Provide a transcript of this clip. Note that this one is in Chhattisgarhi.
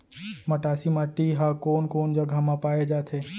मटासी माटी हा कोन कोन जगह मा पाये जाथे?